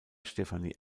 stefanie